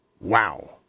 Wow